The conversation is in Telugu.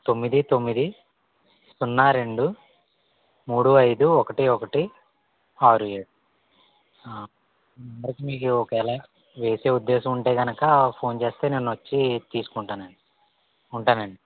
తొమ్మిది తొమ్మిది సున్నా రెండు మూడు ఐదు ఒకటి ఒకటి ఆరు ఏడు నంబరు కి మీకు ఒకేలా వేసే ఉద్దేశం ఉంటే గనక ఫోను చేస్తే నేను వచ్చి తీసుకుంటాను అండి ఉంటానండి